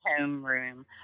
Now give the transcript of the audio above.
homeroom